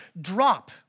drop